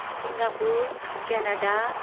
Singapore Canada